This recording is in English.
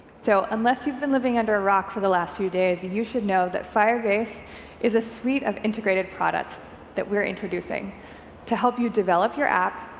so unless you've been living under a rock for the last few days, you you should know that firebase is a suite of integrate ed products that we're introducing to help you develop your app,